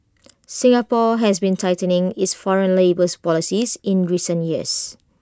Singapore has been tightening its foreign labours policies in recent years